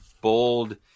bold